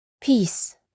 Peace